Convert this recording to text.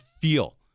feel